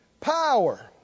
power